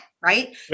Right